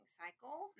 cycle